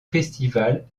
festival